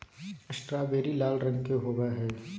strawberry लाल रंग के होव हई